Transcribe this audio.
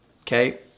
okay